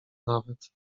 nawet